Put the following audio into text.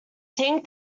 think